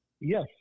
Yes